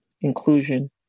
inclusion